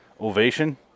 Ovation